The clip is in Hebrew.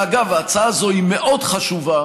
ואגב, ההצעה הזו היא מאוד חשובה,